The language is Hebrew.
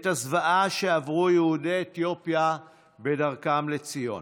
את הזוועה שעברו יהודי אתיופיה בדרכם לציון.